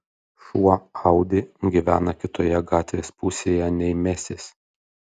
šuo audi gyvena kitoje gatvės pusėje nei mesis